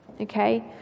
Okay